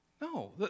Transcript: No